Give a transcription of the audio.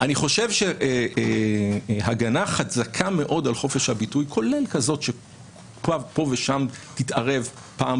אני חושב שהגנה חזקה מאוד על חופש הביטוי כולל כזאת שפה ושם תתערב פעם